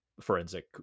forensic